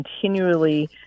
continually